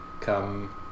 come